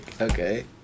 Okay